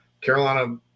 Carolina